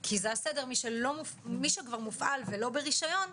כי זה הסדר מי שכבר מופעל ולא ברישיון,